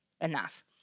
enough